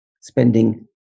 spending